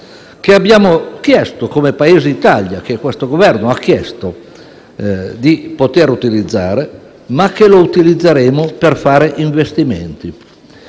che abbiamo chiesto come Paese Italia, che questo Governo ha chiesto di poter utilizzare, ma che lo utilizzeremo per fare investimenti.